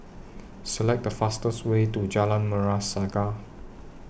Select The fastest Way to Jalan Merah Saga